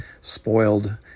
spoiled